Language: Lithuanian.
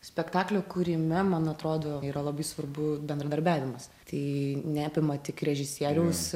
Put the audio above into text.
spektaklio kūrime man atrodo yra labai svarbu bendradarbiavimas tai neapima tik režisieriaus